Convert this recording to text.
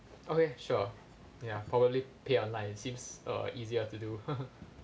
okay sure ya probably pay online it seems uh easier to do